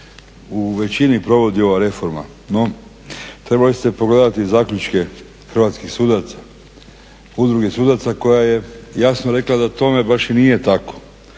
u većini provodi ova reforma, no trebali ste pogledati zaključke hrvatskih sudaca, Udruge sudaca koja je jasno rekla da tome baš i nije tako.